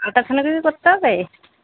ultrasonography করতে হবে